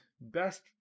best